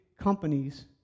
companies